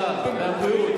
הרווחה והבריאות,